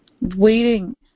waiting